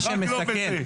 רק לא בזה.